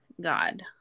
God